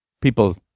people